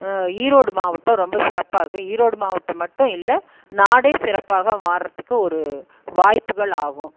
ஈரோடு மாவட்டம் ரொம்ப சிறப்பாக ஈரோடு மாவட்டம் மட்டும் இல்லை நாடே சிறப்பாக மாறுறதுக்கு ஒரு வாய்ப்புகள் ஆகும்